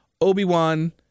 Obi-Wan